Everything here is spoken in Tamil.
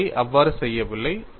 நாம் அதை அவ்வாறு செய்யவில்லை